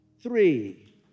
three